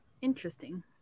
Interesting